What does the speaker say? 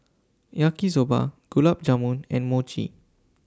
Yaki Soba Gulab Jamun and Mochi